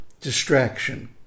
distraction